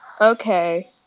okay